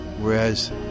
whereas